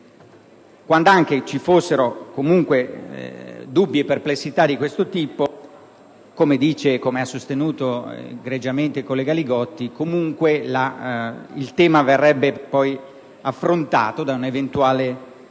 Quand'anche vi fossero comunque dubbi e perplessità di questo tipo, come ha sostenuto egregiamente il senatore Li Gotti, il tema verrebbe poi affrontato da un'eventuale